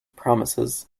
promises